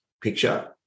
picture